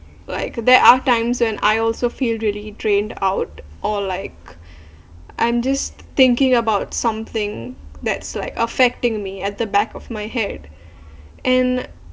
like there are times when I also feel really drained out or like I'm just thinking about something that's like affecting me at the back of my head and